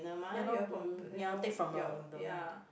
ya lor mm ya take from the the